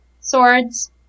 Swords